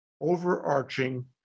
overarching